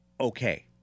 okay